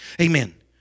Amen